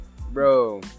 Bro